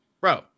bro